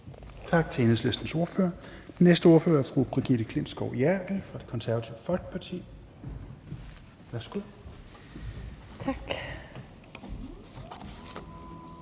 Tak til Enhedslistens ordfører. Den næste ordfører er fru Brigitte Klintskov Jerkel fra Det Konservative Folkeparti. Værsgo. Kl.